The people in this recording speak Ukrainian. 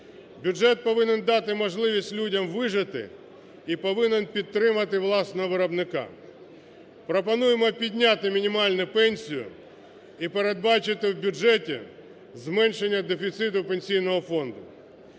Бюджет повинен дати можливість людям вижити і повинен підтримати власного виробника. Пропонуємо підняти мінімальну пенсію і передбачити у бюджеті зменшення дефіциту Пенсійного фонду.